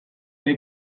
ere